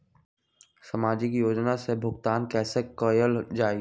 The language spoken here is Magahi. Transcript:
सामाजिक योजना से भुगतान कैसे कयल जाई?